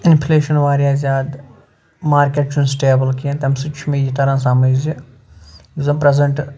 inflation واریاہ زیادٕ market چھُنہٕ سٕٹیبٕل کیٚنٛہہ تَمہِ سۭتۍ چھُ مےٚ یہِ تَران سَمٕج زِ زَن پرٛٮ۪زَنٹ